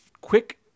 quick